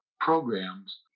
programs